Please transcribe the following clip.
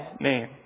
name